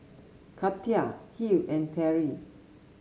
Katia Hill and Terry